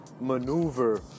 maneuver